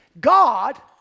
God